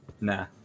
Nah